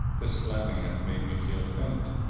this slapping hath made me feel faint.